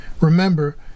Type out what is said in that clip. Remember